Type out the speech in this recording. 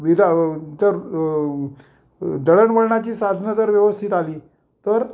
विधा तर अ दळणवळणाची साधनं जर व्यवस्थित आली तर